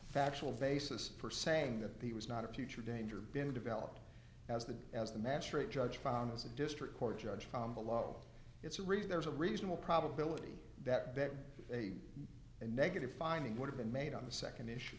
factual basis for saying that he was not a future danger been developed as the as the magistrate judge found as a district court judge from below it's read there's a reasonable probability that better a negative finding would have been made on the nd issue